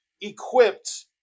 equipped